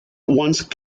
once